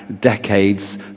decades